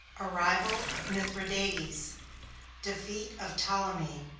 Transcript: arrival of mithradates defeat of ptolemy.